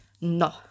No